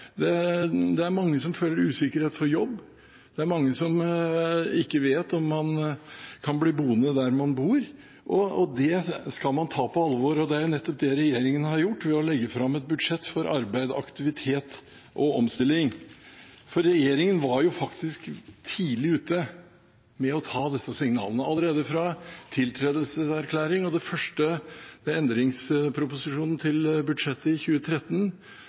er mange som føler usikkerhet for jobb. Det er mange som ikke vet om man kan bli boende der man bor. Det skal man ta på alvor. Det er nettopp det regjeringen har gjort ved å legge fram et budsjett for arbeid, aktivitet og omstilling. Regjeringen var tidlig ute med å ta disse signalene. Allerede fra tiltredelseserklæringen og den første endringsproposisjonen til budsjettet i 2013